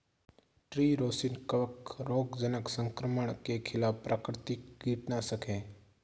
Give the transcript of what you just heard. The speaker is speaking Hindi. ट्री रोसिन कवक रोगजनक संक्रमण के खिलाफ प्राकृतिक कीटनाशक है